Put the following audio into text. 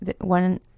one